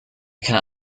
can